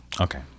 Okay